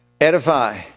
edify